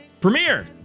Premiere